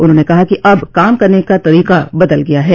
उन्होंने कहा कि अब काम करने का तरीका बदल गया है